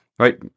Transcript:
right